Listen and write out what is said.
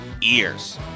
Ears